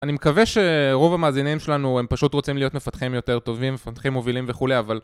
אני מקווה שרוב המאזיניים שלנו הם פשוט רוצים להיות מפתחים יותר טובים, מפתחים מובילים וכולי, אבל...